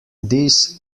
this